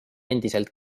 endiselt